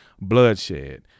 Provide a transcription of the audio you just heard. bloodshed